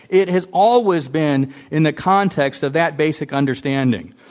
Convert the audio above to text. it has always been in the context of that basic understanding.